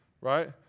Right